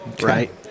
right